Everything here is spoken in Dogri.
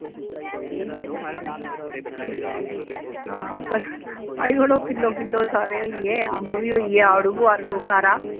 ठीक ऐ ठीक ऐ हां पाई ओड़ो किलो किलो सारे होई गे अम्ब बी होई गे आडू आलूबखारा